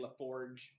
LaForge